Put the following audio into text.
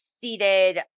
seated